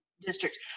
district